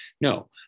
No